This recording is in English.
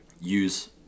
use